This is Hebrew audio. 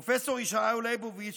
פרופ' ישעיהו ליבוביץ',